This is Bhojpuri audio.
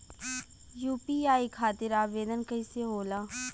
यू.पी.आई खातिर आवेदन कैसे होला?